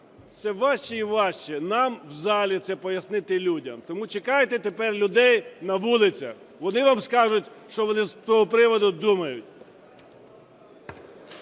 все важче і важче нам в залі це пояснити людям. Тому чекайте тепер людей на вулицях, вони вам скажуть, що вони з того приводу думають.